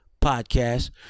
podcast